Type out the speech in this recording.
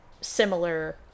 similar